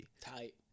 tight